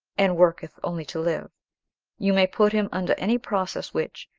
and worketh only to live you may put him under any process which,